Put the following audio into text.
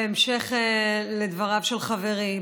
בהמשך לדבריו של חברי,